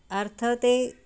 अर्थं ते